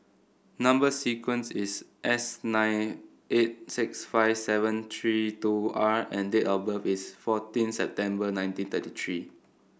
number sequence is S nine eight six five seven three two R and date of birth is fourteen September nineteen thirty three